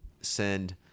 send